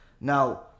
Now